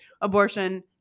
abortion